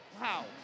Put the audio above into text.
Wow